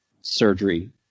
surgery